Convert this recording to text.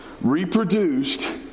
reproduced